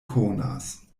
konas